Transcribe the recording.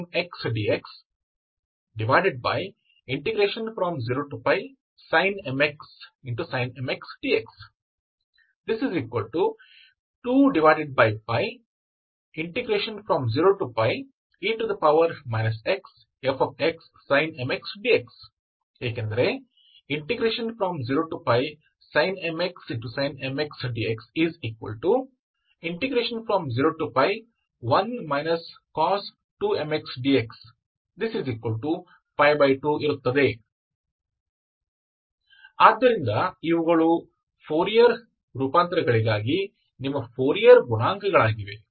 cm0e xfxsin mx dx0sin mx sin mx dx20e xfxsin mx dx ∵ 0sin mx sin mx dx01 cos 2mx dx2 ಆದ್ದರಿಂದ ಇವುಗಳು Fourier ರೂಪಾಂತರಗಳಿಗಾಗಿ ನಿಮ್ಮ Fourier ಗುಣಾಂಕಗಳಾಗಿವೆ